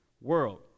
world